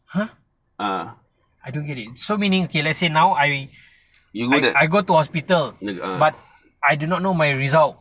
!huh! I don't get it so meaning okay let's say now I I I go to hospital but I do not know my result